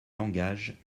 langage